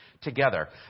together